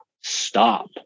stop